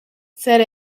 said